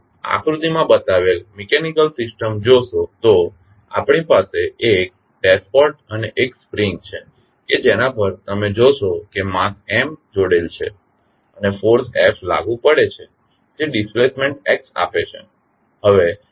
જો તમે આકૃતિમાં બતાવેલ મિકેનિકલ સિસ્ટમ જોશો તો આપણી પાસે એક ડેશપોટ અને એક સ્પ્રિંગ છે કે જેના પર તમે જોશો કે માસ M જોડેલ છે અને ફોર્સ F લાગુ પડે છે જે ડિસ્પ્લેસમેન્ટ x આપે છે